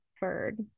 bird